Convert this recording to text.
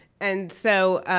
and so,